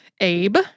Abe